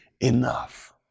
enough